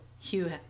Hugh